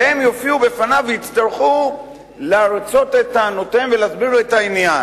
והם יופיעו בפניו ויצטרכו להרצות את טענותיהם ולהסביר לו את העניין,